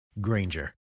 Granger